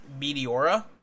meteora